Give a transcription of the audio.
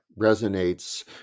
resonates